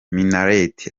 minnaert